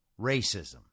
racism